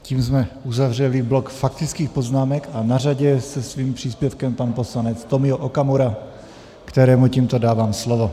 Tím jsme uzavřeli blok faktických poznámek a na řadě je se svým příspěvkem pan poslanec Tomio Okamura, kterému tímto dávám slovo.